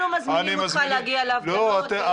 אנחנו מזמינים אותך להגיע להפגנות ולראות --- לא,